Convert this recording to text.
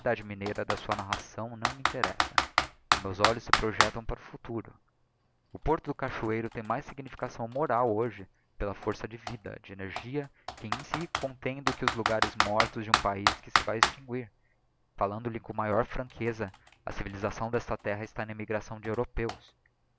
mineira da sua narração não me interessa os meus olhos se projectam para o futuro porto do cachoeiro tem mais significação moral hoje pela força de vida de energia que em si contem do que os logares mortos de um paiz que se vae extinguir falando-lhe com a maior franqueza a civilisação d'esta terra está na immigração de europeus